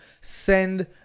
Send